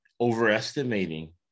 overestimating